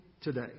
today